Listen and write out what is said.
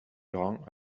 grand